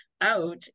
out